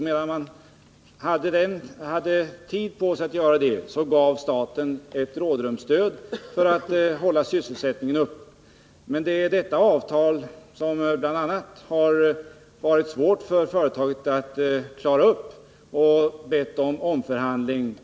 Medan företaget hade tid på sig till detta, gav staten ett rådrumsstöd för att hålla sysselsättningen uppe. Men det har varit svårt för företaget att hålla detta avtal, och det har därför bett om omförhandling.